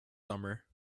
summer